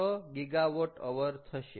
6 GW hr થશે